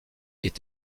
est